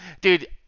Dude